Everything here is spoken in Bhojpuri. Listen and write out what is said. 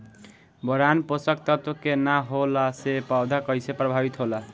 बोरान पोषक तत्व के न होला से पौधा कईसे प्रभावित होला?